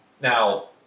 Now